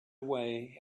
away